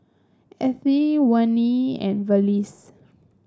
Ethie Wayne and Felice